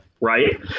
right